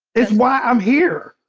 that's why i'm here.